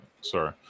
sorry